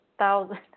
thousand